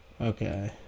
Okay